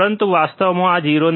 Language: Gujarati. પરંતુ વાસ્તવમાં આ 0